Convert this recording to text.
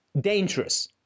dangerous